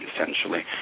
essentially